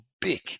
big